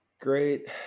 Great